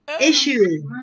Issue